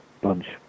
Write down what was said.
bunch